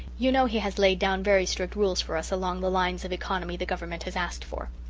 you know he has laid down very strict rules for us along the lines of economy the government has asked for.